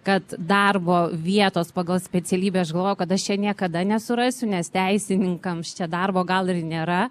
kad darbo vietos pagal specialybę aš galvojau kad aš čia niekada nesurasiu nes teisininkams čia darbo gal ir nėra